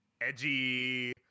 edgy